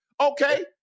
Okay